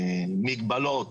מגבלות